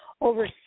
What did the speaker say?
over